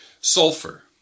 Sulfur